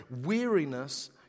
weariness